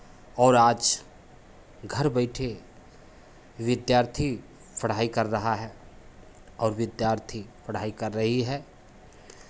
और आज घर बैठे विद्यार्थी पढ़ाई कर रहा है और विद्यार्थी पढ़ाई कर रही है